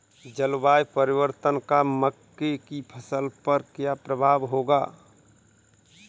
जलवायु परिवर्तन का मक्के की फसल पर क्या प्रभाव होगा?